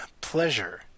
pleasure